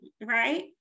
right